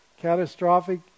catastrophic